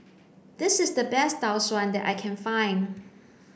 this is the best Tau Suan that I can find